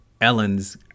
Ellen's